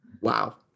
Wow